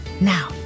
Now